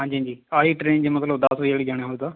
ਹਾਂਜੀ ਹਾਂਜੀ ਆਹੀ ਟ੍ਰੇਨ ਜੇ ਮਤਲਬ ਦਸ ਵਜ੍ਹੇ ਵਾਲੀ ਜਾਣਾ ਹੋਵੇ ਤਾਂ